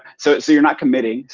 so so you're not committing.